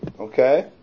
Okay